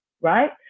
right